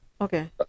Okay